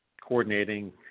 coordinating